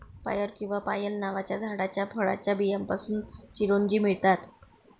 पायर किंवा पायल नावाच्या झाडाच्या फळाच्या बियांपासून चिरोंजी मिळतात